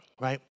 right